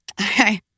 Okay